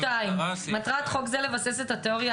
אחד האנשים שיש לי איתו הכי הרבה הרמוניה בכנסת זה שלמה קרעי,